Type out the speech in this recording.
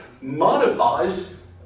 modifies